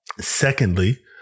Secondly